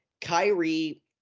Kyrie